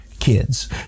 Kids